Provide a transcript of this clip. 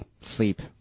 sleep